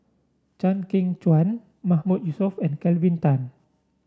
Chew Kheng Chuan Mahmood Yusof and Kelvin Tan